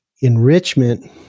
Enrichment